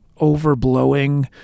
overblowing